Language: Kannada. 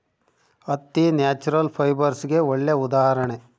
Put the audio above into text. ಹತ್ತಿ ನ್ಯಾಚುರಲ್ ಫೈಬರ್ಸ್ಗೆಗೆ ಒಳ್ಳೆ ಉದಾಹರಣೆ